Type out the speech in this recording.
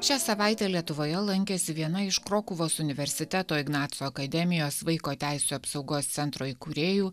šią savaitę lietuvoje lankėsi viena iš krokuvos universiteto ignaco akademijos vaiko teisių apsaugos centro įkūrėjų